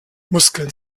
muskeln